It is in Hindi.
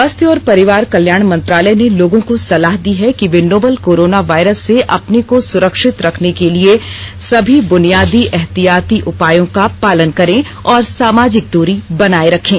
स्वास्थ्य और परिवार कल्याण मंत्रालय ने लोगों को सलाह दी है कि वे नोवल कोरोना वायरस से अपने को सुरक्षित रखने के लिए सभी बुनियादी एहतियाती उपायों का पालन करें और सामाजिक दूरी बनाए रखें